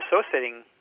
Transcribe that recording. associating